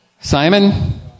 Simon